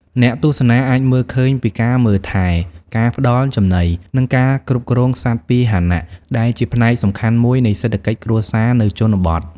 អ្នកទស្សនាអាចមើលឃើញពីការមើលថែ ការផ្តល់ចំណី និងការគ្រប់គ្រងសត្វពាហនៈ ដែលជាផ្នែកសំខាន់មួយនៃសេដ្ឋកិច្ចគ្រួសារនៅជនបទ។